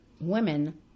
Women